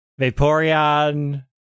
Vaporeon